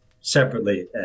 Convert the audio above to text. separately